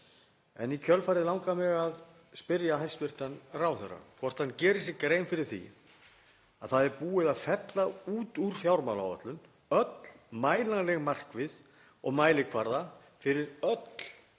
en í kjölfarið langar mig að spyrja hæstv. ráðherra hvort hann geri sér grein fyrir því að búið er að fella út úr fjármálaáætlun öll mælanleg markmið og mælikvarða fyrir öll